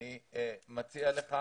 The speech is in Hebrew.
אני מציע לך